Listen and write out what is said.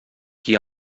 qui